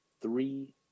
three